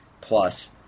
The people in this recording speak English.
plus